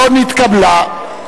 לא נתקבלה.